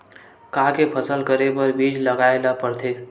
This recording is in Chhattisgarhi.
का के फसल करे बर बीज लगाए ला पड़थे?